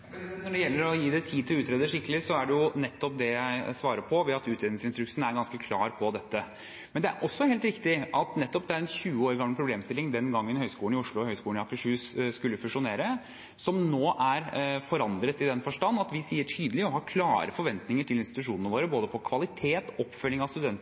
Når det gjelder å gi det tid til å utredes skikkelig, er det nettopp det jeg svarer på, ved at utredningsinstruksen er ganske klar på dette. Men det er også helt riktig at det nettopp er en 20 år gammel problemstilling, den gangen Høgskolen i Oslo og Høgskolen i Akershus skulle fusjonere, som nå er forandret i den forstand at vi sier tydelig fra og har klare forventninger til institusjonene våre på både kvalitet og oppfølging av